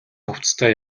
хувцастай